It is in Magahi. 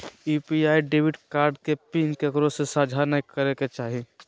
यू.पी.आई डेबिट कार्ड के पिन केकरो से साझा नइ करे के चाही